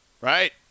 right